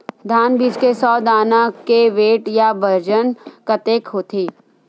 धान बीज के सौ दाना के वेट या बजन कतके होथे?